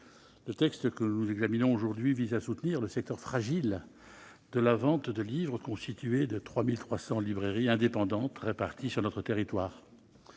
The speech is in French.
le texte que nous examinons aujourd'hui vise à soutenir le secteur fragile de la vente de livres, constitué de 3 300 librairies indépendantes réparties sur notre territoire.